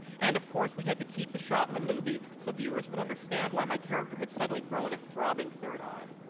and of course, we had to keep the shot in the movie so viewers would understand why my character had suddenly grown a throbbing third eye.